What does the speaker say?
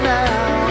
now